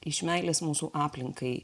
iš meilės mūsų aplinkai